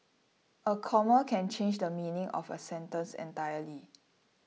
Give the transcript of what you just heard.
a comma can change the meaning of a sentence entirely